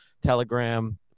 telegram